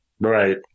right